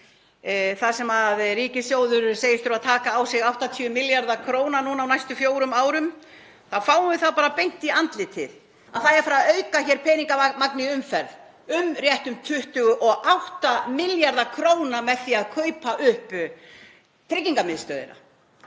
þar sem ríkissjóður segist þurfa að taka á sig 80 milljarða kr. á næstu fjórum árum og þá fáum við bara beint í andlitið að það eigi að auka peningamagn í umferð um rétt 28 milljarða kr. með því að kaupa upp Tryggingamiðstöðina.